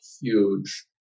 huge